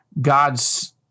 God's